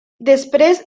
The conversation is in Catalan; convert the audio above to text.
després